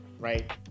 Right